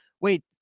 wait